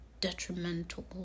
detrimental